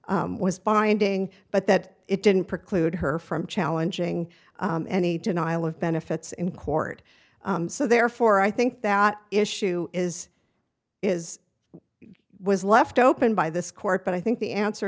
review was binding but that it didn't preclude her from challenging any denial of benefits in court so therefore i think that issue is is was left open by this court but i think the answer